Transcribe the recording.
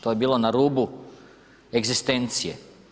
To je bilo na rubu egzistencije.